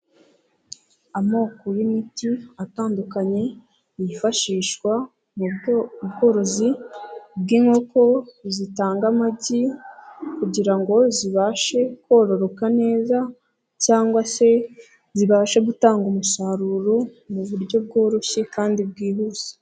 Amoko y'imiti atandukanye yifashishwa mu bworozi bw'inkoko zitanga amagi kugira ngo zibashe kororoka neza cyangwa se zibashe gutanga umusaruro ,mu buryo bworoshye kandi bwihuse.